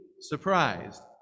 surprised